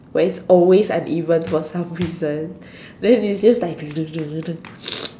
where it's always uneven for some reason then it's just like